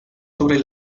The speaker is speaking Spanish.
sobre